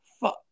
fuck